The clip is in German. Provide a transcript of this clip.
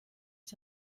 ich